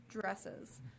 dresses